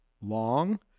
long